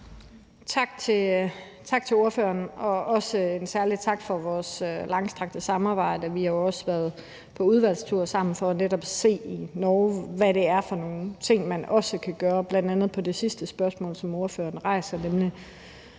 Tak til ordføreren, og også en særlig tak for vores langstrakte samarbejde. Vi har også været på udvalgstur sammen for netop at se i Norge, hvad det er for nogle ting, man også kan gøre i forhold til bl.a. det sidste spørgsmål, som ordføreren rejser, nemlig